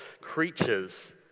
creatures